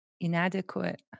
inadequate